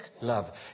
love